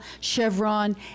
Chevron